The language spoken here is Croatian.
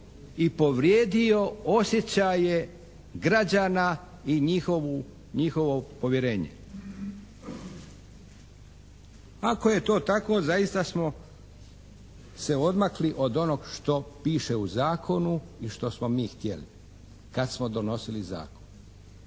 i povrijedio osjećaje građana i njihovo povjerenje. Ako je to tako zaista smo se odmakli od onog što piše u zakonu i što smo mi htjeli kad smo donosili zakon.